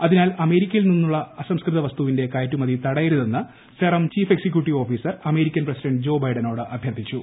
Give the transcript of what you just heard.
അതിനാൽ അമേരിക്കയിൽ നിന്നുള്ള അസംസ്കൃത വസ്തുവിന്റെ കയറ്റുമതി തടയരുതെന്ന് Serum chief executive officer American president Joe ബൈഡനോട് അഭ്യർത്ഥിച്ചു